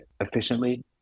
efficiently